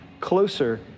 closer